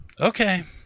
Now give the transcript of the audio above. Okay